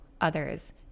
others